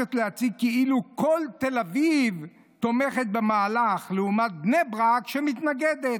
שמבקשת להציג כאילו תל אביב תומכת במהלך לעומת בני ברק שמתנגדת,